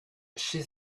she